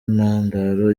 intandaro